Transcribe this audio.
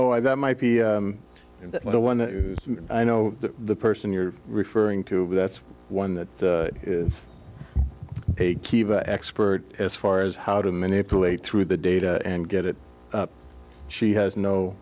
oh i that might be the one that i know the person you're referring to that's one that expert as far as how to manipulate through the data and get it she has no